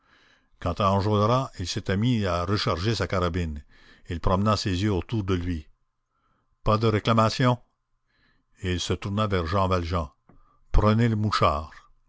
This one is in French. quant à enjolras il s'était mis à recharger sa carabine il promena ses yeux autour de lui pas de réclamations et il se tourna vers jean valjean prenez le mouchard